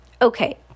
okay